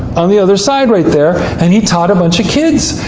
on the other side, right there. and he taught a bunch of kids.